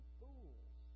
fools